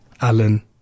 alan